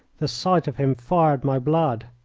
the sight of him fired my blood.